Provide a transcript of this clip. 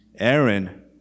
Aaron